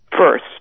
First